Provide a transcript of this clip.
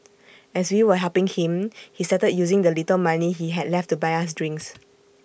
as we were helping him he started using the little money he had left to buy us drinks